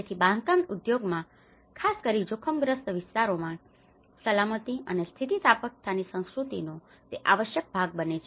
તેથી બાંધકામ ઉદ્યોગમાં ખાસ કરીને જોખમગ્રસ્ત વિસ્તારોમાં સલામતી અને સ્થિતિસ્થાપકતાની સંસ્કૃતિનો તે આવશ્યકભાગ બને છે